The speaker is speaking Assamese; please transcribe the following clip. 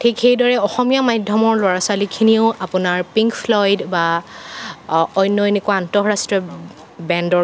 ঠিক সেইদৰে অসমীয়া মাধ্যমৰ ল'ৰা ছোৱালীখিনিয়েও আপোনাৰ পিঙ্ক ফ্ল'য়ড বা অন্য আন্তৰাষ্ট্ৰীয় বেণ্ড